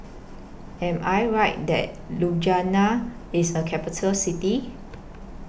Am I Right that Ljubljana IS A Capital City